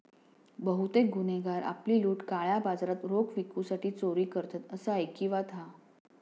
बहुतेक गुन्हेगार आपली लूट काळ्या बाजारात रोख विकूसाठी चोरी करतत, असा ऐकिवात हा